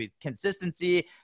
consistency